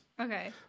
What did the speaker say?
Okay